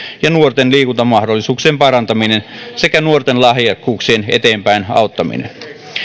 ja nuorten liikuntamahdollisuuksien parantaminen sekä nuorten lahjakkuuksien eteenpäin auttaminen